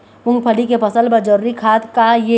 मूंगफली के फसल बर जरूरी खाद का ये?